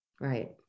Right